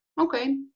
okay